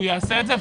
הוא יעשה את זה.